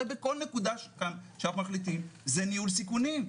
הרי בכל נקודה שאנחנו מחליטים, זה ניהול סיכונים.